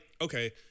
okay